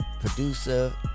Producer